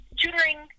tutoring